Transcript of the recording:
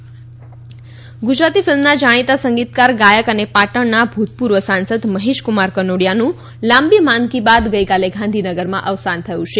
મહેશ કનોડીયા ગુજરાતી ફિલ્મના જાણીતા સંગીતકાર ગાયક અને પાટણના ભૂતપૂર્વ સાંસદ મહેશકુમાર કનોડીયાનું લાંબી માંદગી બાદ ગઈકાલે ગાંધીનગરમાં અવસાન થયું છે